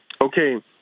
Okay